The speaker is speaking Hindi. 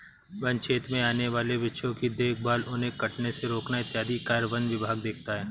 वन्य क्षेत्र में आने वाले वृक्षों की देखभाल उन्हें कटने से रोकना इत्यादि कार्य वन विभाग देखता है